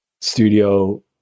studio